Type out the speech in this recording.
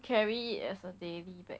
carry as a daily bag